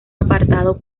apartado